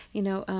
you know,